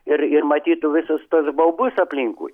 ir ir matytų visus tuos baubus aplinkui